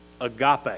agape